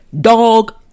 Dog